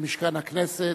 למשכן הכנסת.